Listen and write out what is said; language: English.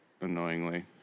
annoyingly